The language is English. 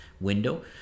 window